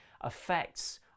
affects